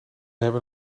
hebben